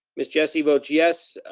miss jessie votes yes,